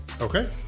Okay